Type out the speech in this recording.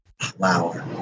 Flower